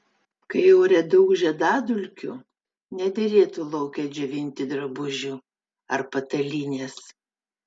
kai ore daug žiedadulkių nederėtų lauke džiovinti drabužių ar patalynės